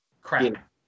Crap